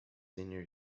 senior